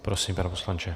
Prosím, pane poslanče.